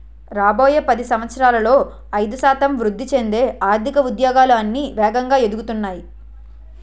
రాబోయే పది సంవత్సరాలలో ఐదు శాతం వృద్ధి చెందే ఆర్థిక ఉద్యోగాలు అన్నీ వేగంగా ఎదుగుతున్నాయి